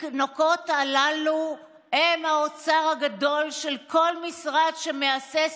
התינוקות הללו הם האוצר הגדול של כל משרד שמהסס